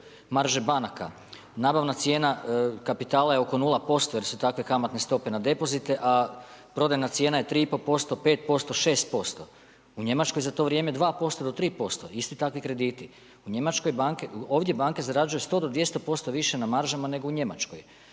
Marže banaka, nabavna cijena kapitala je oko 0% jer su takve kamatne stope na depozite, a prodajna cijena je 3 i pol posto, 5%, 6%. u Njemačkoj za to vrijeme 2% do 3% isti takvi krediti. Ovdje banke zarađuju 100 do 200% više na maržama nego u Njemačkoj